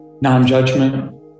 non-judgment